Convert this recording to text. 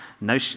no